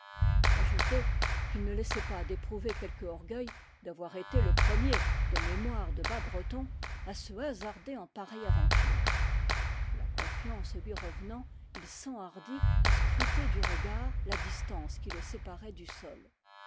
ajoutez qu'il ne laissait pas d'éprouver quelque orgueil d'avoir été le pre mier de mémoire de bas breton à se hasarder en pareille aventure la confiance lui revenant il s'enhardit à scruter du regard la distance qui le séparait du sol